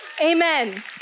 Amen